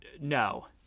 No